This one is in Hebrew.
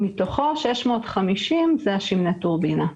כאשר מתוכו 650,000 זה שמני הטורבינה.